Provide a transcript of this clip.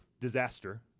disaster